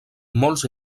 molts